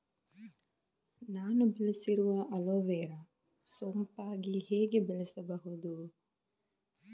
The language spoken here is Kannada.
ನಾನು ಬೆಳೆಸಿರುವ ಅಲೋವೆರಾ ಸೋಂಪಾಗಿ ಹೇಗೆ ಬೆಳೆಸಬಹುದು?